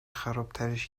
خرابترش